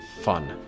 fun